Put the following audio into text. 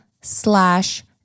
slash